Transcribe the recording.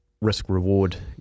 risk-reward